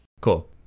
Cool